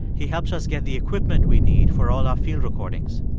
he helps us get the equipment we need for all our field recordings.